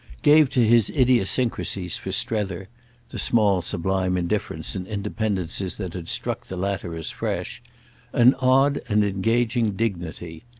gave to his idiosyncrasies, for strether the small sublime indifference and independences that had struck the latter as fresh an odd and engaging dignity.